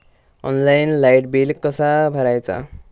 Online light bill कसा भरायचा?